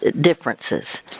differences